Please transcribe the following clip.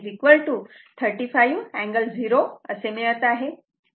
तर इथे आपल्याला I 35 अँगल 0 o असे मिळत आहे